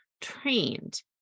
trained